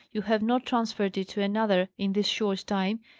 you have not transferred it to another in this short time.